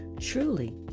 Truly